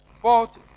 fourth